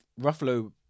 Ruffalo